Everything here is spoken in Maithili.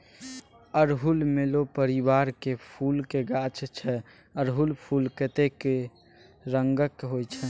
अड़हुल मेलो परिबारक फुलक गाछ छै अरहुल फुल कतेको रंगक होइ छै